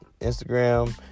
Instagram